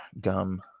gum